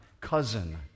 cousin